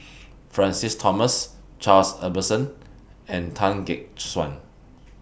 Francis Thomas Charles Emmerson and Tan Gek Suan